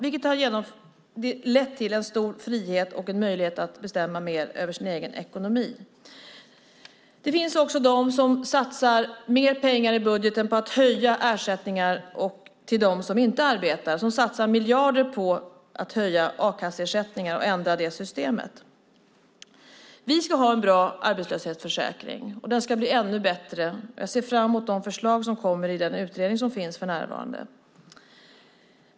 Det har lett till stor frihet och möjlighet att mer bestämma över sin egen ekonomi. Sedan finns det de som satsar mer pengar i budgeten på att höja ersättningarna till dem som inte arbetar, som satsar miljarder på att höja a-kasseersättningarna och ändra systemet. Vi ska ha en bra arbetslöshetsförsäkring, och den ska bli ännu bättre. Jag ser fram emot de förslag som kommer i den utredning som för närvarande pågår.